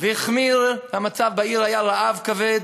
והחמיר המצב בעיר, היה רעב כבד,